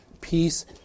peace